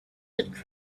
with